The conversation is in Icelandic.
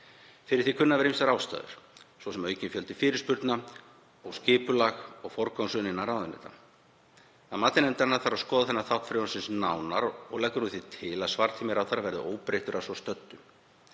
Fyrir því kunna að vera ýmsar ástæður, svo sem aukinn fjöldi fyrirspurna og skipulag og forgangsröðun innan ráðuneyta. Að mati nefndarinnar þarf að skoða þennan þátt frumvarpsins nánar og leggur hún því til að svartími ráðherra verði óbreyttur að svo stöddu.